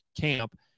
camp